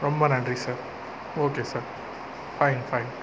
ரொம்ப நன்றி okay sir fine fine